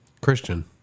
Christian